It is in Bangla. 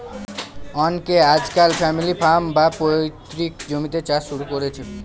অনকে আজকাল ফ্যামিলি ফার্ম, বা পৈতৃক জমিতে চাষ শুরু করেছে